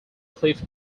cliff